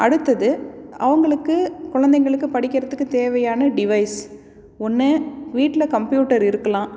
அடுத்தது அவங்களுக்கு குழந்தைங்களுக்கு படிக்கிறதுக்கு தேவையான டிவைஸ் ன்று வீட்டில் கம்ப்யூட்டர் இருக்கலாம்